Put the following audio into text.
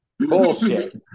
Bullshit